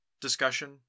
discussion